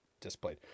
displayed